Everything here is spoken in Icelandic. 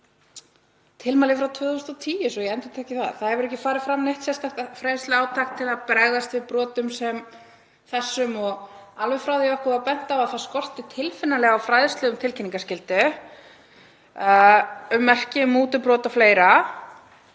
tilmæli frá 2010, svo ég endurtaki það, það hefur ekki farið fram neitt sérstakt fræðsluátak til að bregðast við brotum sem þessum og alveg frá því að okkur var bent á að það skorti tilfinnanlega á fræðslu um tilkynningarskyldu, ummerki um mútubrot og fleira